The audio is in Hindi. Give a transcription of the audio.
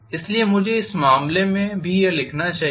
इसलिए मुझे इस मामले में भी यह Wfx लिखना चाहिए